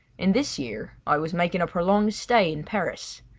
in this year i was making a prolonged stay in paris.